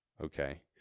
Okay